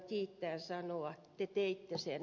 te teitte sen kiitos